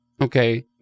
okay